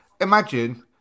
imagine